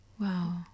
Wow